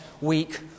week